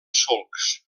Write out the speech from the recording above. solcs